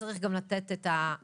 וצריך גם לתת את המענה